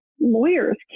lawyers